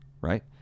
right